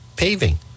paving